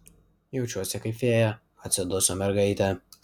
jaučiuosi kaip fėja atsiduso mergaitė